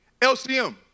LCM